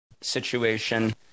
situation